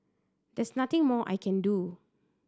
there's nothing more I can do